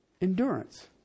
endurance